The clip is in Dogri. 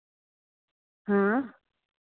हां